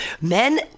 Men